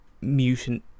mutant